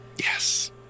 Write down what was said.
Yes